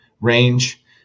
range